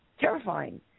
terrifying